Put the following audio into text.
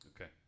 Okay